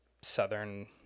southern